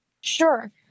Sure